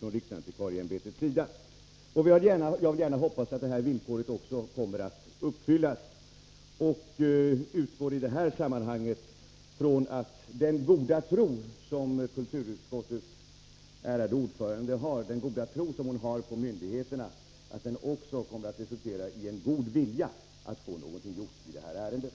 som riksantikvarie ämbetet ställde. Jag vill gärna hoppas att detta villkor också kommer att uppfyllas. Jag utgår i detta sammanhang från att den goda tro som kulturutskottets ärade ordförande har beträffande myndigheterna också kommer att resultera i en god vilja att få någonting gjort i det här ärendet.